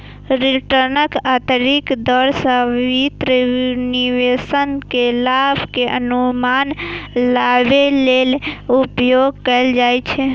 रिटर्नक आंतरिक दर संभावित निवेश के लाभ के अनुमान लगाबै लेल उपयोग कैल जाइ छै